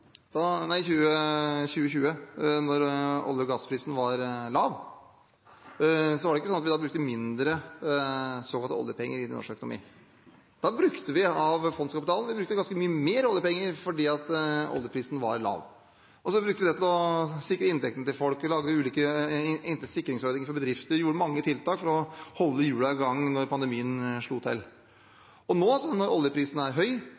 2020, da olje- og gassprisen var lav, da var det ikke sånn at vi brukte mindre såkalte oljepenger inn i norsk økonomi. Da brukte vi av fondskapitalen. Vi brukte ganske mye mer oljepenger fordi oljeprisen var lav. Og så brukte vi det til å sikre inntekten til folk, vi lagde ulike sikringsordninger for bedrifter og gjorde mange tiltak for å holde hjulene i gang da pandemien slo til. Nå når oljeprisen er høy,